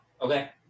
Okay